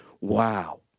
wow